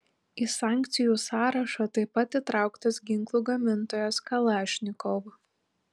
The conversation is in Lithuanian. į sankcijų sąrašą taip pat įtrauktas ginklų gamintojas kalašnikov